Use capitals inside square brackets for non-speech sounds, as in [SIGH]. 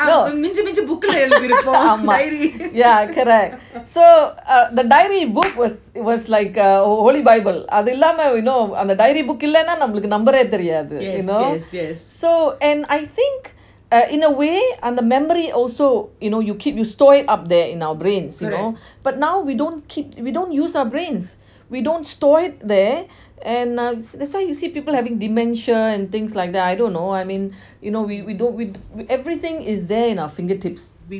no [LAUGHS] yeah correct so uh the diary book was it was like a holy bible அது இல்லாம அந்த:athu illama antha diary book இல்லனா நம்மளுக்கு:illana namaluku number eh தெரியாது:teriyathu you know so and I think in a way the memory also you know you store it up there in our brains you know but now we don't keep we don't use our brains we don't store it there and uh that's why you see people having dementia things like that I don't know I mean [BREATH] we don't we everything is there in our fingertips